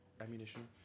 ammunition